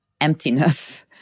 emptiness